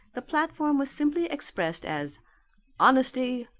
the platform was simply expressed as honesty,